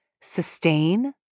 sustain